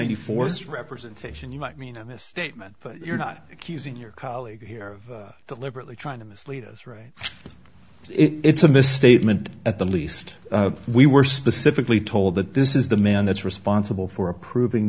just representation you might mean a misstatement but you're not accusing your colleague here of the liberally trying to mislead us right it's a misstatement at the least we were specifically told that this is the man that's responsible for approving